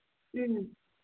ꯎꯝ